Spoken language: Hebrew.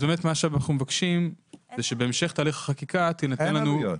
אנו מבקשים שבהמשך תהליך החקיקה- -- אין עלויות.